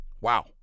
wow